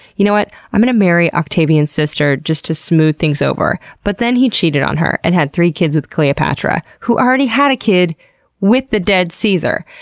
you know what? i'm going to marry octavian's sister just to smooth things over, but then he cheated on her and had three kids with cleopatra, who already had a kid with the dead caesar!